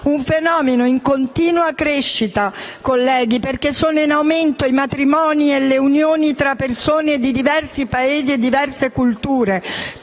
un fenomeno in continua crescita, perché sono in aumento i matrimoni e le unioni tra persone di diversi Paesi e culture.